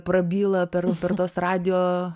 prabyla per per tuos radijo